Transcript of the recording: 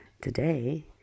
Today